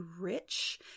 rich